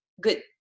good